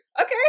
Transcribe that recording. okay